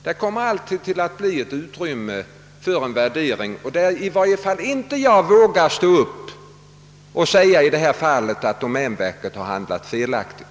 Det kommer alltid att finnas utrymme för en värdering, och i sådana fall kommer i varje fall inte jag att våga stå upp och säga att domänverket handlat felaktigt.